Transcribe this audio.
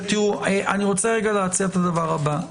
תראו, אני רוצה רגע להציע את הדבר הבא.